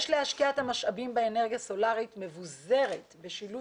יש להשקיע את המשאבים באנרגיה סולרית מבוזרת בשילוב